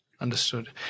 Understood